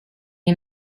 est